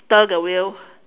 steer the wheel